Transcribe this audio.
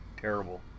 terrible